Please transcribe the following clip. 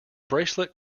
bracelet